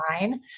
line